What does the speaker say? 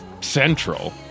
central